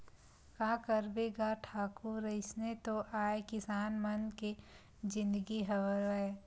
का करबे गा ठाकुर अइसने तो आय किसान मन के जिनगी हवय